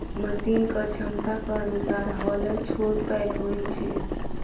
मशीनक क्षमताक अनुसार हौलर छोट पैघ होइत छै